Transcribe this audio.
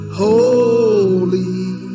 holy